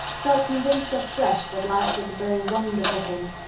felt convinced afresh that life was a very wonderful thing.